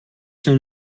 known